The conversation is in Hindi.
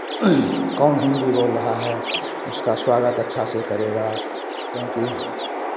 कौन हिन्दी बोल रहा है उसका स्वागत अच्छा से करेगा क्योंकि